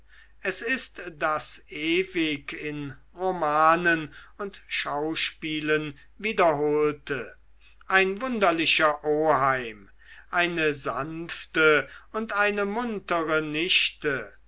es ist das ewig in romanen und schauspielen wiederholte ein wunderlicher oheim eine sanfte und eine muntere nichte